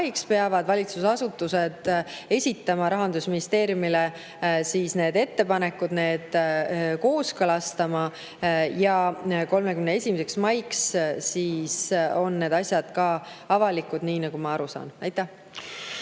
maiks peavad valitsusasutused esitama Rahandusministeeriumile need ettepanekud, need kooskõlastama, ja 31. maiks on need asjad ka avalikud, nii nagu ma aru saan. Aitäh!